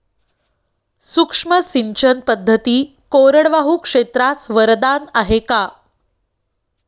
सूक्ष्म सिंचन पद्धती कोरडवाहू क्षेत्रास वरदान आहे का?